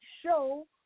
Show